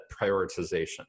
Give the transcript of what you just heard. prioritization